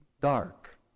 Dark